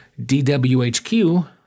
DWHQ